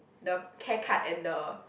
the care card and the